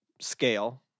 scale